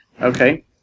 Okay